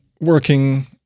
working